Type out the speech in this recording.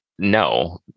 No